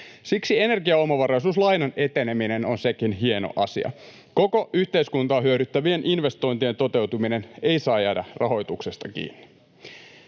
Siksi energiaomavaraisuuslainan eteneminen on sekin hieno asia — koko yhteiskuntaa hyödyttävien investointien toteutuminen ei saa jäädä rahoituksesta kiinni.